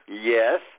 Yes